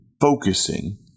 focusing